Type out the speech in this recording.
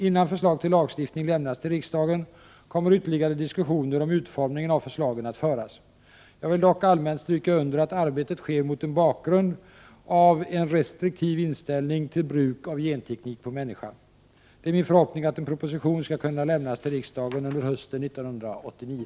Innan förslag till lagstiftning lämnas till riksdagen kommer ytterligare diskussioner om utformningen av förslagen att föras. Jag vill dock allmänt stryka under att arbetet sker mot bakgrund av en restriktiv inställning till bruk av genteknik på människa. Det är min förhoppning att en proposition skall kunna lämnas till riksdagen under hösten 1989.